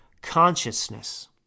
consciousness